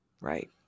Right